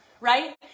right